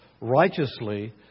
righteously